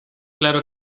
claro